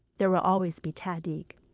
there will always be tahdig.